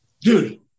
Dude